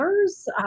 others